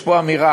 יש פה אמירה: